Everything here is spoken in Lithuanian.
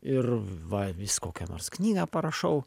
ir va vis kokią nors knygą parašau